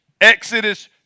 Exodus